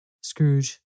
Scrooge